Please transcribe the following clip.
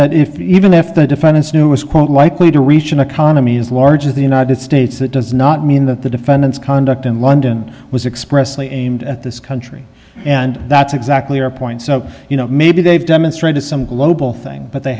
that if even if the defendants knew it was quite likely to reach an economy as large as the united states that does not mean that the defendants conduct in london was expressly aimed at this country and that's exactly where point so you know maybe they've demonstrated some global thing but they